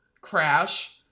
Crash